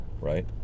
right